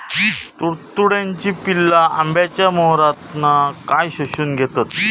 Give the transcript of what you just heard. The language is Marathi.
तुडतुड्याची पिल्ला आंब्याच्या मोहरातना काय शोशून घेतत?